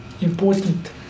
important